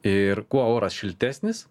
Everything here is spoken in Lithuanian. ir kuo oras šiltesnis